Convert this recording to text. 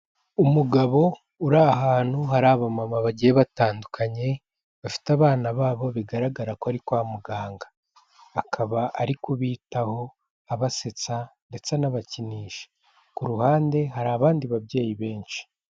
Umugabo uri ahantu hari abamama bagiye batandukanye, bafite abana babo bigaragara ko ari kwa muganga, akaba ari kubitaho abasetsa ndetse anabakinisha, ku ruhande hari abandi babyeyi benshi.